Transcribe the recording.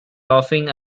laughing